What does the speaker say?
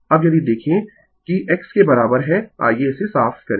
अब यदि देखें कि x के बराबर है आइये इसे साफ़ करें